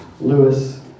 Lewis